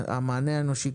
המענה האנושי,